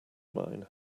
mine